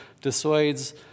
dissuades